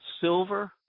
silver